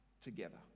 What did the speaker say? together